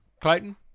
Clayton